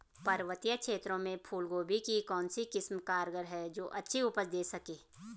पर्वतीय क्षेत्रों में फूल गोभी की कौन सी किस्म कारगर है जो अच्छी उपज दें सके?